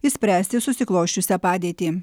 išspręsti susiklosčiusią padėtį